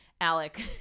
alec